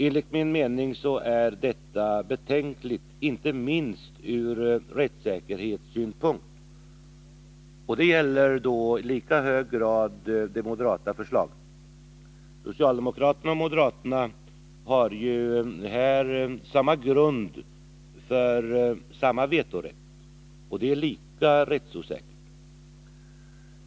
Enligt min mening är detta betänkligt inte minst ur rättssäkerhetssynpunkt. Det gäller i lika hög 105 grad det moderata förslaget. Socialdemokraterna och moderaterna har ju här samma grund för samma vetorätt. Det är lika rättsosäkert.